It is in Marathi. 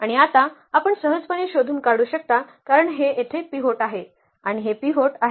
आणि आता आपण सहजपणे शोधून काढू शकता कारण हे येथे पिव्होट आहे आणि हे पिव्होट आहे